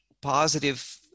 positive